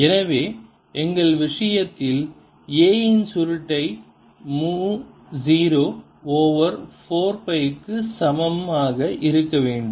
எனவே எங்கள் விஷயத்தில் A இன் சுருட்டை மு 0 ஓவர் 4 பை க்கு சமமாக இருக்க வேண்டும்